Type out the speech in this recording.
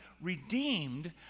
redeemed